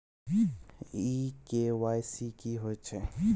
इ के.वाई.सी की होय छै?